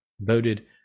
voted